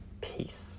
Peace